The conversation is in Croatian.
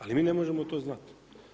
Ali mi ne možemo to znat.